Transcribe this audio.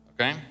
okay